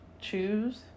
choose